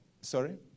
Sorry